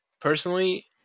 personally